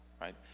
right